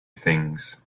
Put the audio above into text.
things